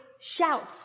shouts